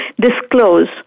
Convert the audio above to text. disclose